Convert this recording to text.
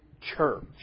church